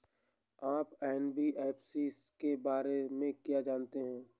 आप एन.बी.एफ.सी के बारे में क्या जानते हैं?